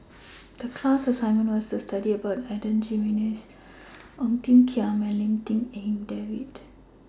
The class assignment was to study about Adan Jimenez Ong Tiong Khiam and Lim Tik En David